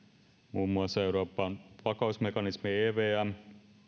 muun muassa euroopan vakausmekanismiin evmään